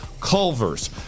Culver's